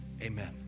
amen